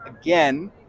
again